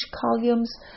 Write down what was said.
columns